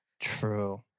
True